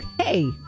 okay